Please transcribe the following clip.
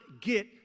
get